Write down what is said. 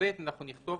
הזה שנקבע